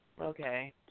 Okay